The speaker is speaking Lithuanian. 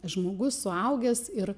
žmogus suaugęs ir